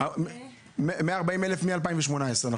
140 אלף מ-2018.